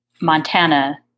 Montana